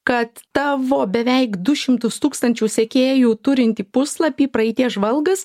kad tavo beveik du šimtus tūkstančių sekėjų turintį puslapį praeities žvalgas